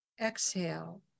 Exhale